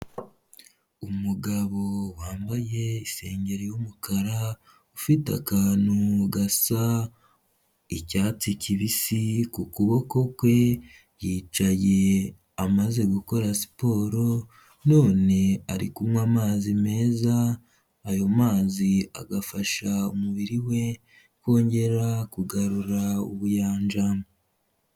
Umugabo wambaye isengeri y'umukara ufite akantu gasa icyatsi kibisi ku kuboko kwe, yicaye amaze gukora siporo none ari kunywa amazi meza, ayo mazi agafasha umubiri we kongera kugarura ubuyanjama.